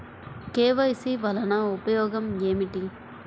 KYC వలన ఉపయోగం ఏమిటీ?